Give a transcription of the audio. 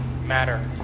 matter